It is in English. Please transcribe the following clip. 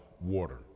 water